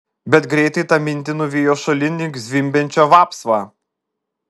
bet greitai tą mintį nuvijo šalin lyg zvimbiančią vapsvą